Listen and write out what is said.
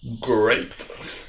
Great